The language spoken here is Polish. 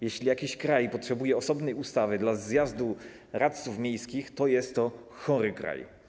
Jeśli jakiś kraj potrzebuje osobnej ustawy dla zjazdu radców miejskich, to jest to chory kraj.